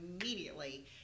immediately